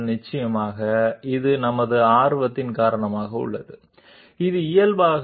మరియు వాస్తవానికి ఇది మాకు ఆసక్తిని కలిగిస్తుంది ఈ నార్మల్స్ వర్టికల్ గా ఉన్నాయా